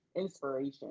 inspiration